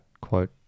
quote